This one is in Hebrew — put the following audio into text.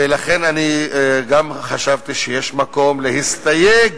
ולכן, אני חשבתי שיש מקום להסתייג